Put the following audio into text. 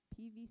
PVC